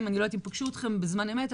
- אני לא יודעת אם פגשו אתכם בזמן אמת,